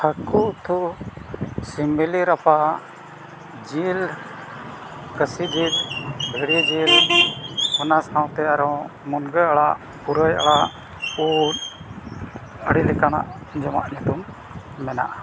ᱦᱟᱹᱠᱩ ᱩᱛᱩ ᱥᱤᱢᱵᱤᱞᱤ ᱨᱟᱯᱟᱜ ᱡᱤᱞ ᱠᱟᱹᱥᱤ ᱡᱤᱞ ᱵᱷᱤᱰᱤᱭᱟᱹ ᱡᱤᱞ ᱚᱱᱟ ᱥᱟᱶᱛᱮ ᱟᱨᱦᱚᱸ ᱢᱩᱱᱜᱟᱹ ᱟᱲᱟᱜ ᱯᱩᱨᱟᱹᱭ ᱟᱲᱟᱜ ᱳᱫ ᱟᱹᱰᱤ ᱞᱮᱠᱟᱱᱟᱜ ᱡᱚᱢᱟᱜ ᱧᱩᱛᱩᱢ ᱢᱮᱱᱟᱜᱼᱟ